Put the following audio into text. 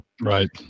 right